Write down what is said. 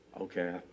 okay